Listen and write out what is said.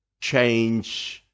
change